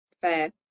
fair